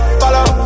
follow